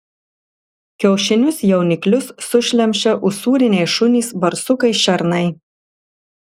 kiaušinius jauniklius sušlemščia usūriniai šunys barsukai šernai